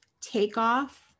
takeoff